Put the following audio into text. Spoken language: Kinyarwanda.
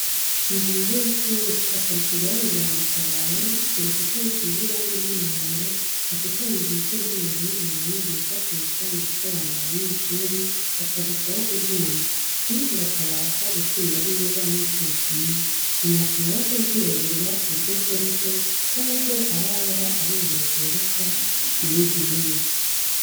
Ni hanze y'ishuri haparitse igare rya matabaro, ku rukuta rusize irange ry'umuhondo hashushanyije ibice by'umubiri w'umuntu byifashishwa mu gusobanurira abanyeshuri bakarushaho kubyumva, bityo bakabasha gutsinda neza nkuko bikwiye, binatuma batabyibagirwa ku buryo bworoshye, kuko aba ahora abibona byoroshya imyigire ye.